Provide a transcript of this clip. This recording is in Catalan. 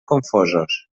confosos